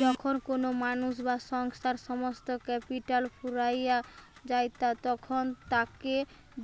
যখন কোনো মানুষ বা সংস্থার সমস্ত ক্যাপিটাল ফুরাইয়া যায়তখন তাকে